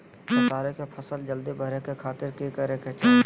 खेसारी के फसल जल्दी बड़े के खातिर की करे के चाही?